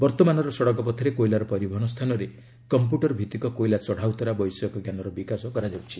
ବର୍ତ୍ତମାନର ସଡ଼କପଥରେ କୋଇଲାର ପରିବହନ ସ୍ଥାନରେ କମ୍ପ୍ୟୁଟର ଭିତ୍ତିକ କୋଇଲା ଚଢ଼ା ଉଉରା ବୈଷୟିକ ଜ୍ଞାନର ବିକାଶ କରାଯାଉଛି